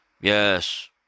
Yes